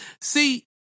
See